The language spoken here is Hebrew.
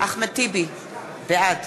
אחמד טיבי, בעד